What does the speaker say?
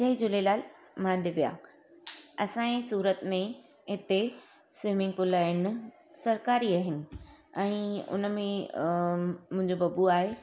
जय झूलेलाल मां दिव्या असांजे सूरत में हिते स्विमिंग पूल आहिनि सरकारी आहिनि ऐं उनमें मुंहिंजो बबु आहे